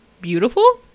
beautiful